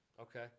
Okay